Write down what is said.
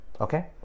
okay